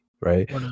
right